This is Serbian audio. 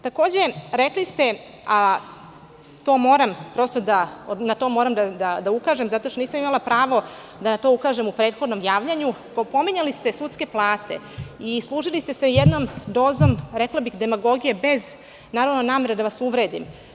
Takođe, rekli ste, a na to moram da ukažem zato što nisam imala pravo da na to ukažem u prethodnom javljanju, pominjali ste sudske plate i služili ste se jednom dozom, rekla bih, demagogije, bez namere da vas uvredim.